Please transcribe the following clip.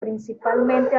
principalmente